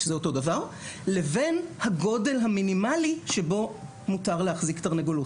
שזה אותו הדבר לבין הגודל המינימלי שבו מותר להחזיק תרנגולות.